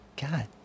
God